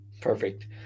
Perfect